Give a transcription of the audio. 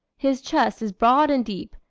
his chest is broad and deep,